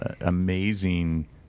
amazing